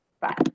Bye